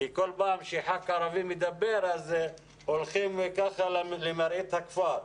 כי כל פעם שחבר כנסת ערבי מדבר הולכים למראית הכפר,